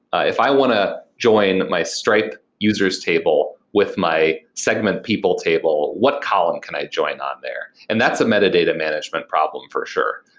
if i want to join my stripe users table with my segment people table, what column can i join on there? and that's a metadata management problem for sure,